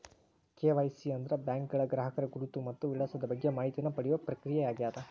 KYC ಅಂದ್ರ ಬ್ಯಾಂಕ್ಗಳ ಗ್ರಾಹಕರ ಗುರುತು ಮತ್ತ ವಿಳಾಸದ ಬಗ್ಗೆ ಮಾಹಿತಿನ ಪಡಿಯೋ ಪ್ರಕ್ರಿಯೆಯಾಗ್ಯದ